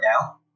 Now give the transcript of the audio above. now